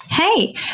Hey